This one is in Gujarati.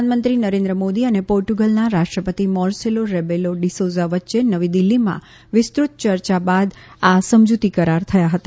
પ્રધાનમંત્રી નરેન્દ્ર મોદી અને પોર્ટંગલના રાષ્ટ્રપતિ માર્સેલો રેબેલો ડીસોઝા વચ્ચે નવી દિલ્હીમાં વિસ્તૃત ચર્ચા બાદ આ સમજૂતી કરાર થયા હતા